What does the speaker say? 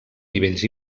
nivells